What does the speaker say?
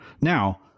Now